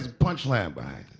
punchline behind